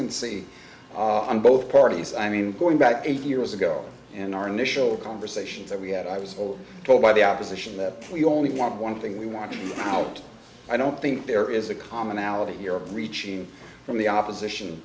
transiency on both parties i mean going back a few years ago and our initial conversations that we had i was told by the opposition that we only want one thing we want to come out i don't think there is a commonality here reaching from the opposition